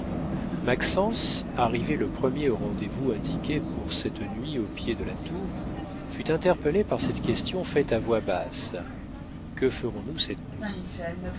maxence arrivé le premier au rendez-vous indiqué pour cette nuit au pied de la tour fut interpellé par cette question faite à voix basse que ferons-nous cette nuit